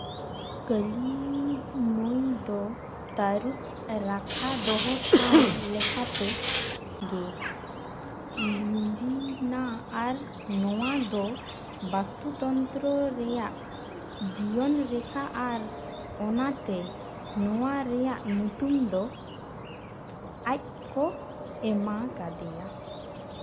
ᱠᱟᱹᱞᱤ ᱱᱩᱭ ᱫᱚ ᱛᱟᱹᱨᱩᱵ ᱨᱟᱠᱷᱟ ᱫᱚᱦᱚ ᱴᱷᱟᱶ ᱞᱮᱠᱟᱛᱮ ᱜᱮ ᱞᱤᱸᱡᱤᱱᱟ ᱟᱨ ᱱᱚᱣᱟ ᱫᱚ ᱵᱟᱥᱛᱩ ᱛᱚᱱᱛᱨᱚ ᱨᱮᱭᱟᱜ ᱡᱤᱭᱚᱱ ᱨᱮᱠᱷᱟ ᱟᱨ ᱚᱱᱟᱛᱮ ᱱᱚᱣᱟ ᱨᱮᱭᱟᱜ ᱧᱩᱛᱩᱢ ᱫᱚ ᱟᱡ ᱠᱚ ᱮᱢᱟ ᱠᱟᱣᱫᱮᱭᱟ